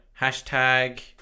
Hashtag